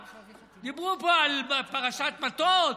דיברו פה על פרשת מטות,